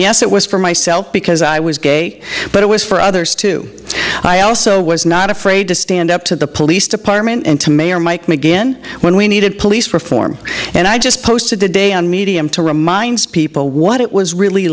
yes it was for myself because i was gay but it was for others too i also was not afraid to stand up to the police department and to mayor mike mcginn when we needed police reform and i just posted today on medium to remind people what it was really